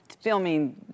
filming